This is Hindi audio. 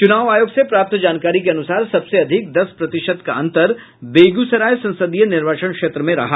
चुनाव आयोग से प्राप्त जानकारी के अनुसार सबसे अधिक दस प्रतिशत का अंतर बेगूसराय संसदीय निर्वाचन क्षेत्र में रहा